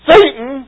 Satan